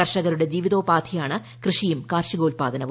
കർഷകരുടെ ജീവിതോപാധിയാണ് കൃഷിയും കാർഷികോൽപ്പാദനവും